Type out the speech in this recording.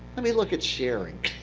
let me look at sharing.